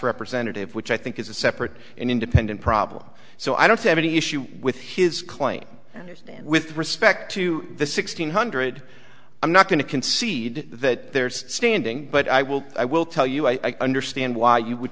representative which i think is a separate and independent problem so i don't have any issue with his claim with respect to the six hundred i'm not going to concede that there's standing but i will i will tell you i understand why you would